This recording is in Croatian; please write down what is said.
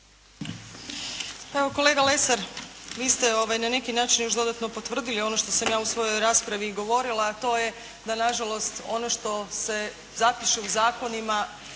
Kolega Lesar, vi ste na neki način još dodatno potvrdili ono što sam ja u svojoj raspravi govorila a to je da nažalost ono što se zapiše u zakonima